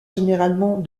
généralement